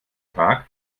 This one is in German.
tag